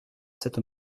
cette